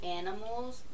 animals